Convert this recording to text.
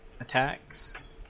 attacks